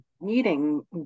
meeting